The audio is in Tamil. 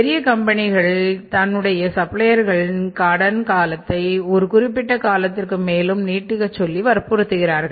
பெரிய கம்பெனிகளில் தன்னுடைய சப்ளையர்யிடம் கடன் காலத்தை ஒரு குறிப்பிட்ட காலத்திற்கு மேலும் நீட்டிக்க சொல்லி வற்புறுத்துவார்கள்